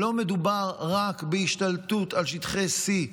לא מדובר רק בהשתלטות על שטחי C,